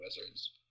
Wizards